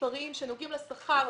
במספרים שנוגעים לשכר,